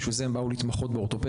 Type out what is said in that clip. כי בשביל זה הם באו להתמחות באורתופדיה,